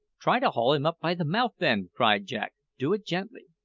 try to haul him up by the mouth, then! cried jack. do it gently.